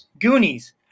Goonies